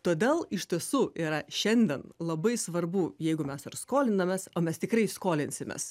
todėl iš tiesų yra šiandien labai svarbu jeigu mes ir skolinamės o mes tikrai skolinsimės